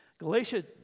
Galatia